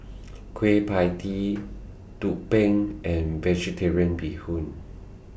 Kueh PIE Tee Tumpeng and Vegetarian Bee Hoon